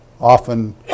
often